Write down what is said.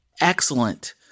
excellent